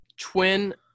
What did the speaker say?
twin